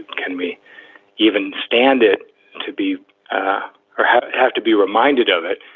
can we even stand it to be or have have to be reminded of it?